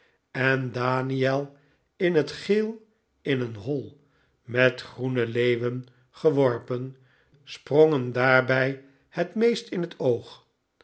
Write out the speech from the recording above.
en daniel in het geel in een hoi met groene leeuwen geworpen sprongen daarbij het meest in het oog